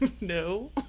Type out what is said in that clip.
no